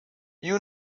you